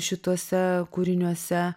šituose kūriniuose